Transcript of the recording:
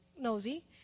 nosy